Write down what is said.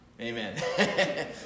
Amen